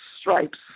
stripes